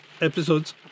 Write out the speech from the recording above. episodes